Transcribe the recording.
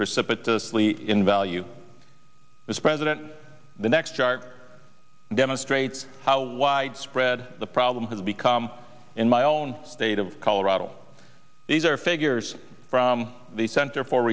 precipitous li in value as president the next chart demonstrates how widespread the problem has become in my own state of colorado these are figures from the center for